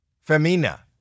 Femina